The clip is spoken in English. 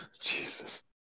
Jesus